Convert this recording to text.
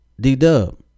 d-dub